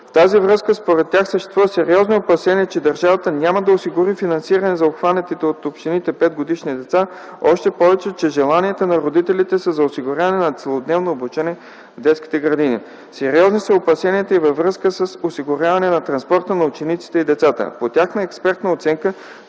тази връзка, според тях, съществуват сериозни опасения, че държавата няма да осигури финансиране за обхванатите от общините 5-годишни деца, още повече, че желанията на родителите са за осигуряване на целодневно обучение в детските градини. Сериозни са опасенията и във връзка с осигуряване на транспорта на учениците и децата. По тяхна експертна оценка